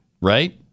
Right